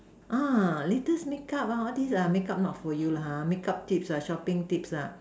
ah latest makeup all these ah makeup not for you lah makeup tips are shopping tips are